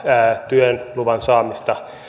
työluvan saamista